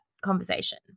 conversation